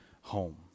home